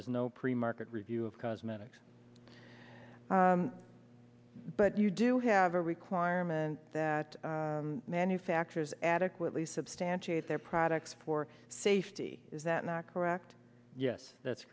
is no pre market review of cosmetics but you do have a requirement that manufacturers adequately substantiate their products for safety is that not correct yes that's